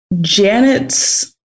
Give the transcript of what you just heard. Janet's